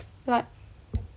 like